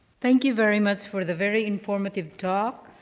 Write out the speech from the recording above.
thank you very much for the very informative talk.